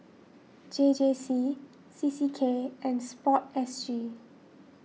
J J C C C K and Sport S G